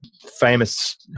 famous